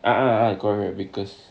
I I got vickers